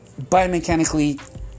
biomechanically